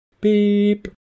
Beep